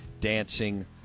Dancing